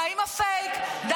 די עם הפייק -- שקר.